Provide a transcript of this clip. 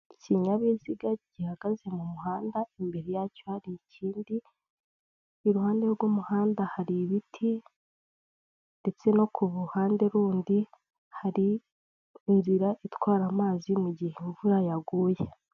Ikinyabiziga gihagaze mu muhanda imbere yacyo hari ikindi, iruhande rw'umuhanda hari ibiti ndetse no ku ruhande rundi hari inzira itwara amazi mu mugihe imvura yaguye.